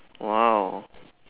!wow!